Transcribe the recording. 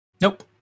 Nope